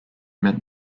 meant